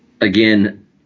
again